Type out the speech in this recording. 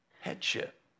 headship